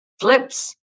flips